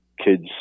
kids